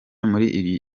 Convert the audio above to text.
muri